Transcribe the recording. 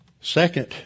Second